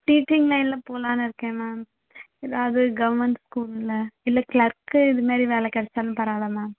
teaching லைனில் போகலானு இருக்கேன் மேம் ஏதாவது கவர்ன்மெண்ட் ஸ்கூலில் இல்லை க்ளர்க்கு இதுமாரி வேலை கிடச்சாலும் பரவாயில்லை மேம்